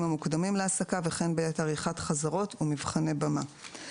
המוקדמים להעסקה וכן בעת עריכת חזרות ומבחני במה.